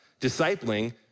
discipling